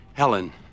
Helen